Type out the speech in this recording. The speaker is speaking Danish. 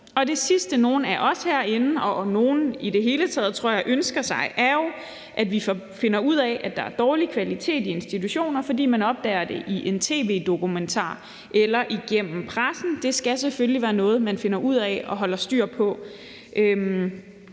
det sidste, nogen af os herinde og nogen i det hele taget, tror jeg, ønsker sig, er jo, at vi finder ud af, at der er en dårlig kvalitet i institutionerne, fordi vi opdager det i en tv-dokumentar eller igennem pressen. For det skal selvfølgelig være noget, man derude kommunalt finder ud af og holder styr på.